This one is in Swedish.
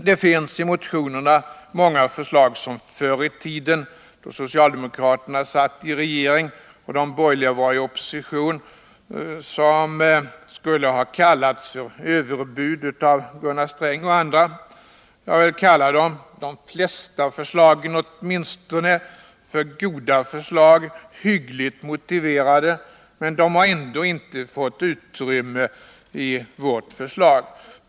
Det finns i motionerna många förslag som förr i tiden, då socialdemokraterna satt i regeringen och de borgerliga var i opposition, av Gunnar Sträng och andra skulle ha kallats överbud. Jag vill kalla åtminstone de flesta av dem för goda förslag, som är hyggligt motiverade. Ändå har de inte fått utrymme i vårt budgetförslag.